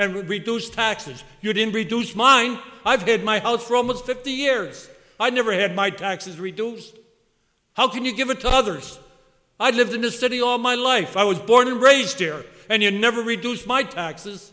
we reduced taxes you didn't reduce mine i did my house for almost fifty years i never had my taxes reduced how can you give it to others i've lived in this city all my life i was born and raised here and you never reduce my taxes